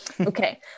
Okay